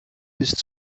bis